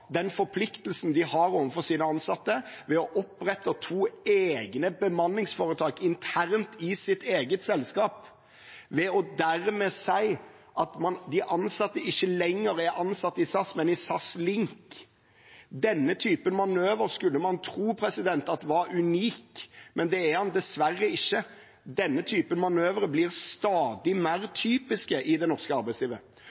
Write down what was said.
den forpliktelsen de har overfor sine ansatte, ved å opprette to egne bemanningsforetak internt i sitt eget selskap og dermed si at de ansatte ikke lenger er ansatt i SAS, men i SAS Link. Denne typen manøver skulle man tro var unik, men det er den dessverre ikke. Denne typen manøver blir stadig mer